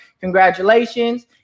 Congratulations